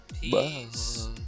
Peace